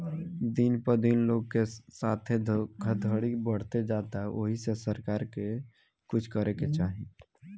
दिन प दिन लोग के साथे धोखधड़ी बढ़ते जाता ओहि से सरकार के कुछ करे के चाही